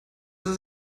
ist